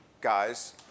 guys